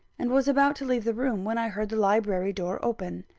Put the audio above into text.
and was about to leave the room, when i heard the library door open.